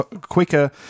quicker